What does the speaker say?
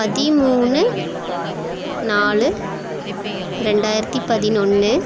பதிமூணு நாலு ரெண்டாயிரத்து பதினொன்று